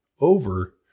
over